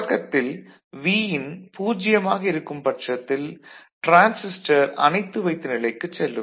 தொடக்கத்தில் Vin 0 ஆக இருக்கும் பட்சத்தில் டிரான்சிஸ்டர் அணைத்து வைத்த நிலைக்குச் செல்லும்